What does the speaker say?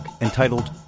entitled